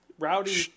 Rowdy